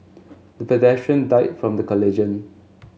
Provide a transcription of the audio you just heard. the pedestrian died from the collision